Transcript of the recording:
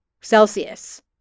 celsius